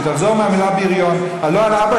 שהיא תחזור בה מהמילה "בריון" לא על אבא